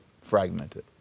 fragmented